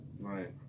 Right